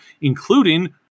including